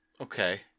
Okay